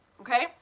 okay